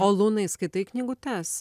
o lunai skaitai knygutes